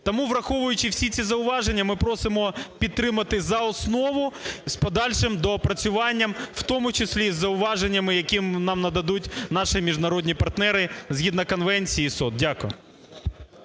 Тому, враховуючи всі ці зауваження ми просимо підтримати за основу з подальшим доопрацюванням, в тому числі із зауваженнями, які нам нададуть наші міжнародні партнери, згідно конвенції СОТ. Дякую.